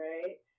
Right